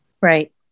Right